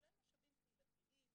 כולל משאבים קהילתיים,